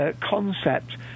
Concept